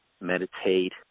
meditate